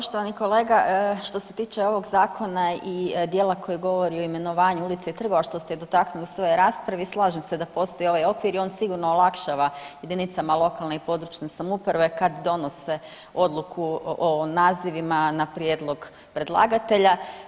Poštovani kolega, što se tiče ovog Zakona i dijela koji govori o imenovanju ulica i trgova, što ste i dotaknuli u svojoj raspravi, slažem se da postoji ovaj okvir i on sigurno olakšava jedinicama lokalne i područne samouprave kad donose odluku o nazivima na prijedlog predlagatelja.